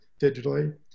digitally